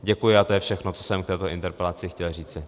Děkuji, a to je všechno, co jsem k této interpelaci chtěl říci.